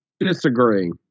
disagree